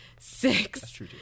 six